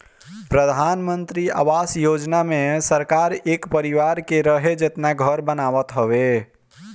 प्रधानमंत्री आवास योजना मे सरकार एक परिवार के रहे जेतना घर बनावत हवे